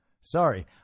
sorry